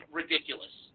ridiculous